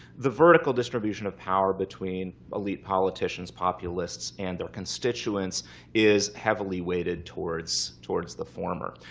the vertical distribution of power between elite politicians, populists and their constituents is heavily weighted towards towards the former.